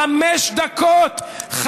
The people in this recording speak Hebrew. זה עוד לא בחירות.